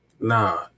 nah